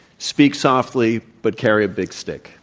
speak softly but carry a big stick.